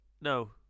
no